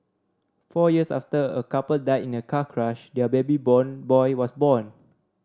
four years after a couple died in a car crash their baby born boy was born